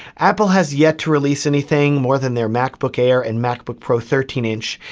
apple has yet to release anything more than their macbook air and macbook pro thirteen inch.